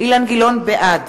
בעד